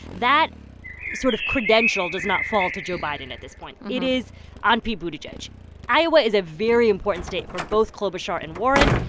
that sort of credential does not fall to joe biden at this point. it is on pete buttigieg iowa is a very important state for both klobuchar and warren,